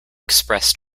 express